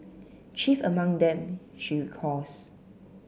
chief among them she recalls